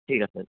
ঠিক আছে